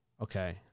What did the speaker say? Okay